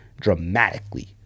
dramatically